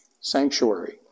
sanctuary